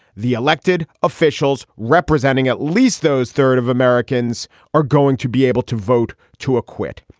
the elected officials representing at least those third of americans are going to be able to vote to acquit.